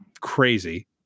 crazy